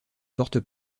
porte